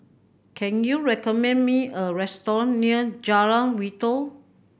can you recommend me a restaurant near Jalan Wi Toh